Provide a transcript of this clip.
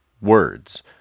words